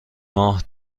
ماه